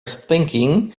thinking